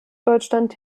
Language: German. deutschland